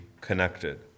connected